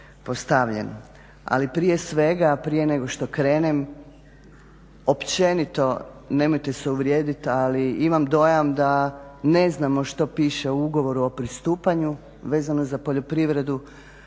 ali prije svega prije nego što krenem općenito, nemojte se uvrijedit, ail imam dojam da ne znamo što piše u ugovoru o pristupanju vezano za poljoprivredu,